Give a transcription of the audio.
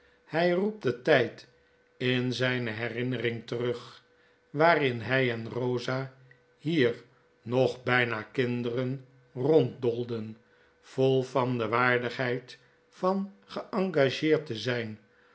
hij roept den tijd in zijne herinnering terug waarin hij en rosa hier nog bijna kinderen ronddoolden vol van de waardigheid van geengageerd te zijn